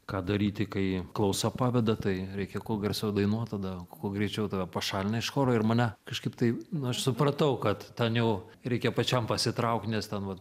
ką daryti kai klausa paveda tai reikia kuo garsiau dainuot tada kuo greičiau tave pašalina iš choro ir mane kažkaip tai nu aš supratau kad ten jau reikia pačiam pasitraukt nes vat